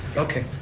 okay,